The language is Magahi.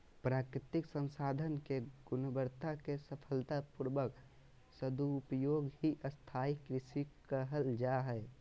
प्राकृतिक संसाधन के गुणवत्ता के सफलता पूर्वक सदुपयोग ही स्थाई कृषि कहल जा हई